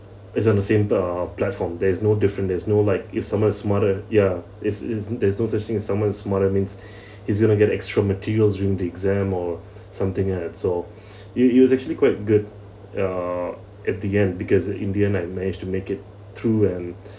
is on the same type of platform there is no different there's no like if someone's smarter yeah is isn't there is no such thing as someone's smarter means he's going to get extra materials during the exam or something at all it it was actually quite good uh at the end because in the end I managed to make it through and